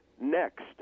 next